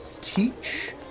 teach